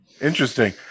interesting